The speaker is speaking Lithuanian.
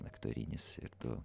aktorinis ir tu